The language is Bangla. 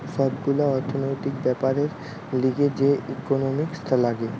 সব গুলা অর্থনৈতিক বেপারের লিগে যে ইকোনোমিক্স লাগে